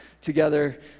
together